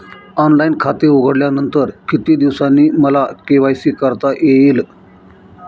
Online खाते उघडल्यानंतर किती दिवसांनी मला के.वाय.सी करता येईल?